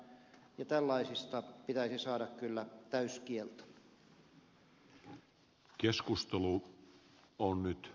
tällaiseen pitäisi saada kyllä täyskielto